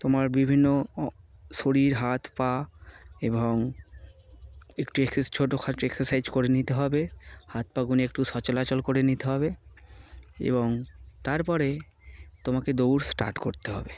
তোমার বিভিন্ন শরীর হাত পা এবং একটু এক্স ছোটোখাটো এক্সারসাইজ করে নিতে হবে হাত পাগুনে একটু সচলাচল করে নিতে হবে এবং তারপরে তোমাকে দৌড় স্টার্ট করতে হবে